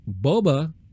Boba